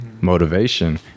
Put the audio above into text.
motivation